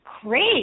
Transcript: great